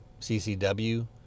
CCW